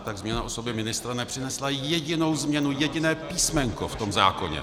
Tak změna osoby ministra nepřinesla jedinou změnu, jediné písmenko v tom zákoně.